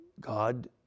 God